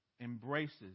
embraces